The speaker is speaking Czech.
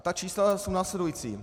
Ta čísla jsou následující.